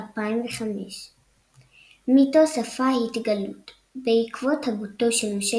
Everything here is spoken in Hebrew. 2005. מיתוס - שפה - התגלות; בעקבות הגותו של משה